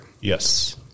Yes